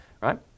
Right